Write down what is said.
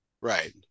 Right